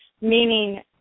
meaning